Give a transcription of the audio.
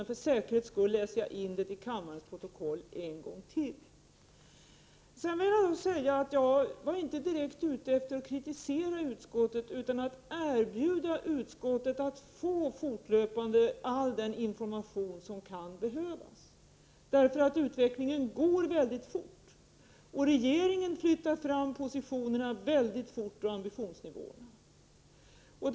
Men för säkerhets skull säger jag detta en gång till för att det skall komma in i kammarens protokoll. Jag var inte direkt ute efter att kritisera utskottet, utan att erbjuda utskottet att fortlöpande få all den information som kan behövas. Utvecklingen går nämligen mycket fort, och regeringen flyttar fram positionerna och höjer ambitionsnivån mycket fort.